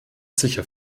sicher